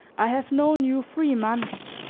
i have known you three months,